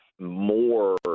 more